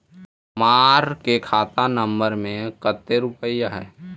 हमार के खाता नंबर में कते रूपैया है?